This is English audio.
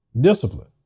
Discipline